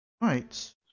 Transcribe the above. Right